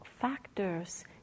factors